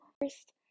first